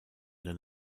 than